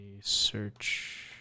search